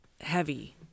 heavy